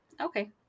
Okay